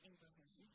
Abraham